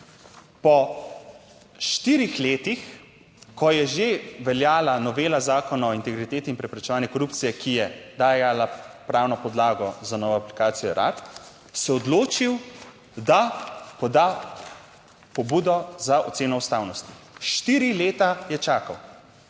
po štirih letih, ko je že veljala novela Zakona o integriteti in preprečevanju korupcije, ki je dajala pravno podlago za novo aplikacijo Erar, se je odločil, da poda pobudo za oceno ustavnosti. Štiri leta je čakal,